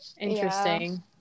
interesting